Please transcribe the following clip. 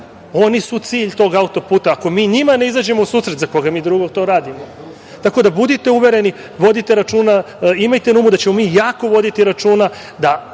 Oni su cilj tog auto-puta. Ako mi njima ne izađemo u susret, za koga drugog mi to radimo? Tako da budite uvereni, vodite računa, imajte na umu da ćemo mi jako voditi računa da